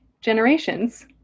Generations